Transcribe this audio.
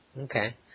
Okay